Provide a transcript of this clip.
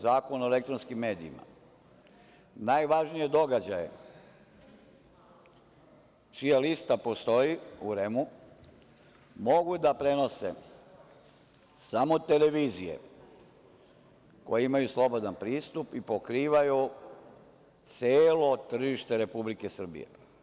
Zakona o elektronskim medijima najvažnije događaje čija lista postoji u REM mogu da prenose samo televizije koje imaju slobodan pristup i pokrivaju celo tržište Republike Srbije.